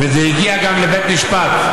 זה הגיע גם לבית משפט.